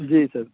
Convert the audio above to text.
جی سر